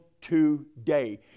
today